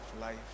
life